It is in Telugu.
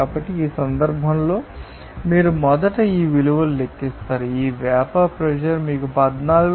కాబట్టి ఈ సందర్భంలో మీరు మొదట ఈ విలువను లెక్కిస్తారు ఈ వేపర్ ప్రెషర్ మీకు 14